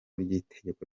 ry’itegeko